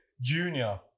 junior